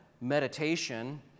meditation